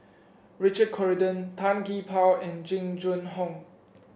Richard Corridon Tan Gee Paw and Jing Jun Hong